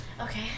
Okay